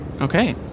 Okay